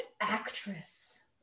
actress